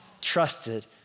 trusted